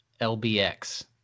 LBX